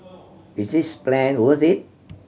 is this plan worth it